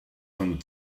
rhwng